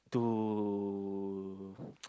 to